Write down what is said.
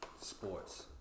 sports